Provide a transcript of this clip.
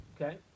Okay